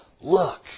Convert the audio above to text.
Look